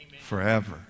forever